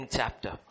chapter